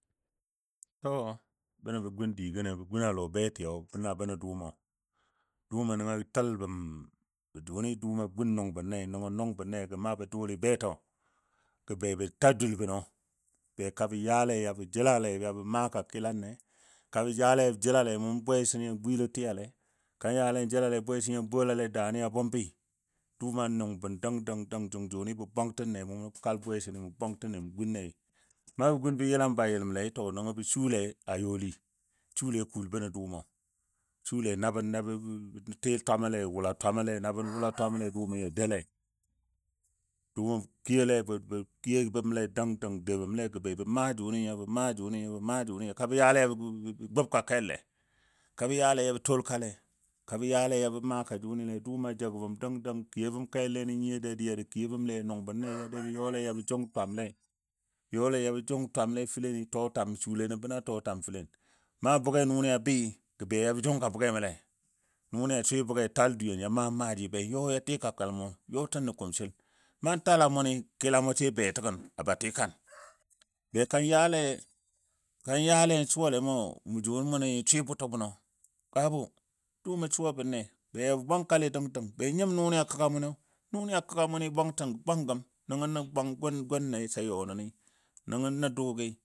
To banɔ bə gun digəniyo bə gun a lɔ betiyo bəna bəno dʊʊmɔ, dʊʊmo nəngo a təl bəm jʊni dʊʊmo a gun nʊng bənle nəngo nʊng bənle bə maa ba dʊli betɔ gə be bə ta dul bənɔ beka bə yaale bə jəlale bə maaka kilanle, kabɔ yale jəlale mʊ bwesən gwiilo tiyale, kan yale jəlale bwesən ya bolale daani a bʊmbɨ dʊʊmo nʊng bən dəng dəng dəng jʊni bə bwangtənle mʊ kal bwesən mʊn gunle. Na bə gun bə yəlam bayiləmlei to nəngɔ bə shule a yoli bə shule a kuul bənɔ dʊʊmo bə shule na bən nabɔ tɨ twamole wula twamɔ le dʊʊmɔ ya doule, kiyole kiyo bəmle dəngdəng doubəmle bə maa jʊni nyo maa jʊni nyo maa jʊni nyo kabɔ yale ya gʊbka ƙalle, kabɔ yale yabɔ tuwolkale, kabɔ yale yabɔ maaka jʊnile dʊʊmɔ jəg bəm dəng dəng kiyo bəm kəlole nən nyiyo dadiya də kiyo bəmle nʊng bənle yadda bə yɔle yabɔ jʊng twamle fəleni tɔtwam shule nən bən a tɔtwam fəlen. Na bʊge nʊni bɨɨ gə be yobɔ jʊnka bʊgemole nʊni a swɨ bʊge a tal dweyen a maam maaji be yɔ ya tika kalmo yɔtən nən kumɓil naa tal a mʊni kilamo sai a be təgən a ba tikan. Bekan yale ya suwale mou jʊni nyi swɨ bʊto mʊno, babu dʊʊmo suwa bənle be yɔbə bwangkale dəng dəng. Be nyim nʊni a kəga muniyo, nʊni a kəga mʊni bwangtən bwangəm nəngɔ nʊ gʊne sa yɔ nəni, nəngɔ nə dʊʊgi.